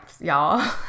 y'all